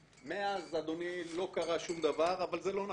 מאז, אדוני, לא קרה שום דבר אבל זה לא נכון,